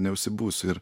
neužsibūsiu ir